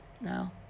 No